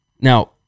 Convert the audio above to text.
Now